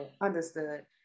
Understood